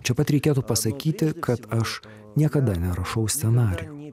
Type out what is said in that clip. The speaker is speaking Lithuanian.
čia pat reikėtų pasakyti kad aš niekada nerašau scenarijų